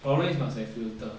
problem is must have filter